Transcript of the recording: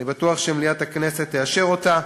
אני בטוח שמליאת הכנסת תאשר אותו.